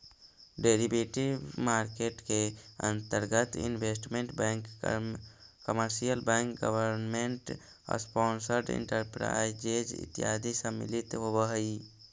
derivative market के अंतर्गत investment bank commercial bank government sponsored enterprises इत्यादि सम्मिलित होवऽ हइ